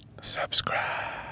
subscribe